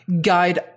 guide